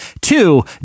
Two